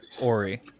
Ori